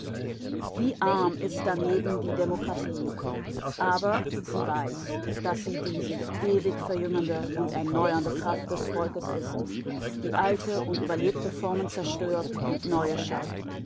wir arm ist daneben die demokratie aber sie weiß daß sie die sich ewig verjüngende und erneuernde kraft des volkes ist die alte und überlebte formen zerstört und neue schafft